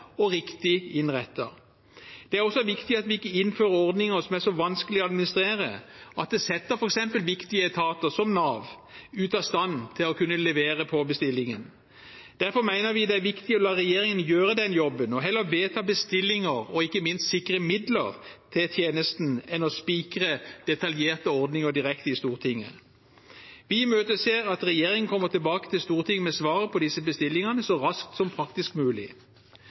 og riktig innrettet. Det er også viktig at vi ikke innfører ordninger som er så vanskelige å administrere at det setter f.eks. viktige etater som Nav ute av stand til å kunne levere på bestillingen. Derfor mener vi det er viktig å la regjeringen gjøre den jobben og heller vedta bestillinger og ikke minst sikre midler til tjenesten enn å spikre detaljerte ordninger direkte i Stortinget. Vi imøteser at regjeringen kommer tilbake til Stortinget med svaret på disse bestillingene så raskt som praktisk mulig.